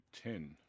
ten